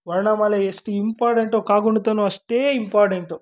ವರ್ಣಮಾಲೆ ಎಷ್ಟು ಇಂಪಾರ್ಟೆಂಟೋ ಕಾಗುಣಿತನೂ ಅಷ್ಟೇ ಇಂಪಾರ್ಟೆಂಟು